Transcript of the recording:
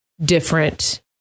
different